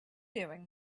doing